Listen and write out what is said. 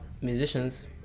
Musicians